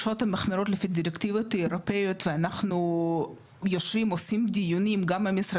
המחמירות לפי דירקטיבות אירופאיות ואנחנו יושבים ומקיימים דיונים.